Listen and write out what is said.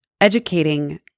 educating